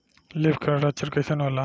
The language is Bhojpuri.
लीफ कल लक्षण कइसन होला?